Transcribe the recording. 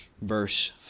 verse